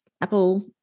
Apple